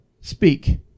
Speak